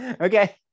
okay